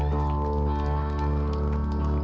or